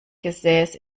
gesäß